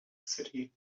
city